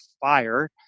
fire